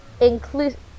inclusive